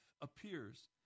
appears